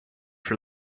for